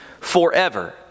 forever